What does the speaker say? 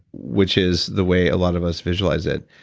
which is the way a lot of us visualize it.